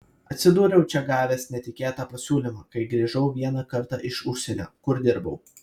atsidūriau čia gavęs netikėtą pasiūlymą kai grįžau vieną kartą iš užsienio kur dirbau